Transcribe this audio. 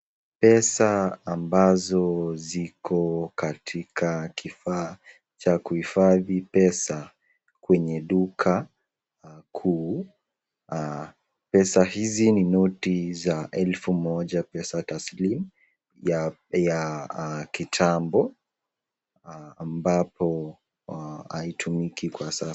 Pesa ambazo ziko katika kifaa cha kuhifadhi pesa kwenye duka kuu, pesa hizi ni noti za elfu moja pesa taslimu ya kitambo ambapo haitumiki kwa sasa.